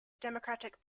democratic